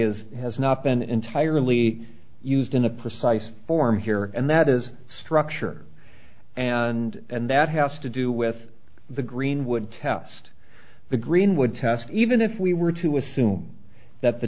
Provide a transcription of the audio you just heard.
it has not been entirely used in a precise form here and that is structure and and that has to do with the greenwood test the greenwood test even if we were to assume that the